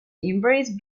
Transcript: embrace